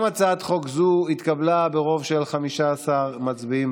הצעת חוק להארכת תוקפן של תקנות שעת חירום (נגיף הקורונה החדש,